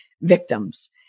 victims